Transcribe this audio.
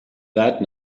that